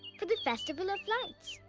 for the festival of lights.